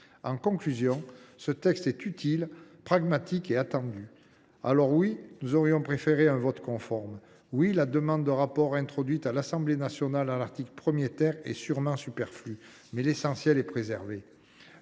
En conclusion, ce texte est utile, pragmatique et attendu. Certes, nous aurions préféré un vote conforme. Certes, la demande de rapport introduite par l’Assemblée nationale à l’article 1 est sûrement superflue. Mais l’essentiel est préservé.